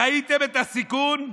ראיתם את הסיכון?